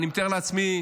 ואני מתאר לעצמי,